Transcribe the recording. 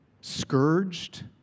scourged